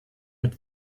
mit